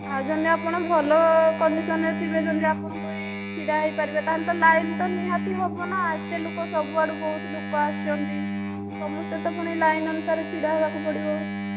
ଆଉ ଯେମିତି ଆପଣ ଭଲ କଣ୍ଡିସନ୍ରେ ଥିବେ ଯେମିତି ଆପଣଙ୍କୁ ଇ ଛିଡ଼ା ହୋଇପାରିବେ ତା ହେଲେ ଲାଇନ୍ ତ ନିହାତି ହେବନା ଏତେ ଲୋକ ସବୁଆଡ଼ୁ ବହୁତ ଲୋକ ଆସୁଛନ୍ତି ସମସ୍ତେ ତ ପୁଣି ଲାଇନ୍ ଅନୁସାରେ ଛିଡ଼ା ହେବାକୁ ପଡ଼ିବ